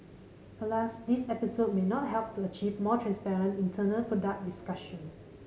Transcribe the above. alas this episode may not help to achieve more transparent internal product discussion